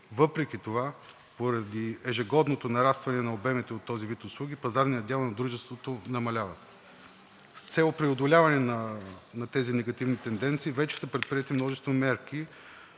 въпреки това поради ежегодното нарастване на обемите на този вид услуги пазарният дял на дружеството намалява. С цел преодоляване на тези негативни тенденции вече са предприети множество мерки,